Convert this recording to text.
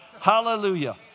Hallelujah